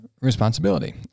responsibility